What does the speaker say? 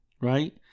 Right